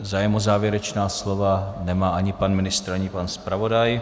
Zájem o závěrečná slova nemá ani pan ministr, ani pan zpravodaj.